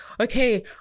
okay